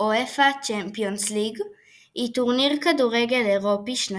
UEFA Champions League היא טורניר כדורגל אירופי שנתי,